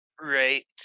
Right